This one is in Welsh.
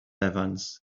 evans